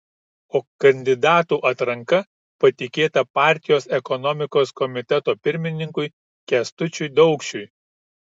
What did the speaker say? o kandidatų atranka patikėta partijos ekonomikos komiteto pirmininkui kęstučiui daukšiui